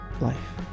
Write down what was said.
life